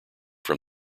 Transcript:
from